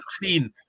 clean